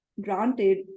granted